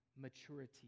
maturity